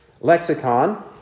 lexicon